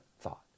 thought